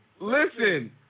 Listen